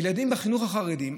ילדים בחינוך החרדי,